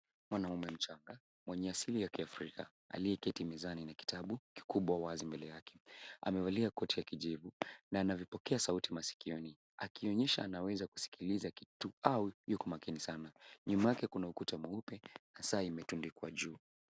Mwanaume mchanga, mwenye asili ya Kiafrika, aliyeketi mezani na kitabu kikubwa wazi mbele yake. Amevalia koti ya kijivu na ana vipokea sauti masikioni, akionyesha anaweza kusikiliza kitu au yuko makini sana. Nyuma yake kuna ukuta mweupe na saa imetundikwa juu.